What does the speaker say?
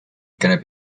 gonna